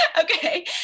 Okay